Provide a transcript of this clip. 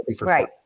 Right